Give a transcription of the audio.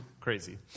crazy